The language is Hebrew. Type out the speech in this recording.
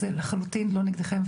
זה לחלוטין לא נגדכם.